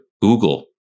Google